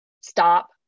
stop